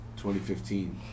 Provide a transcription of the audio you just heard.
2015